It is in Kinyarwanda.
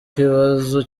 kibazo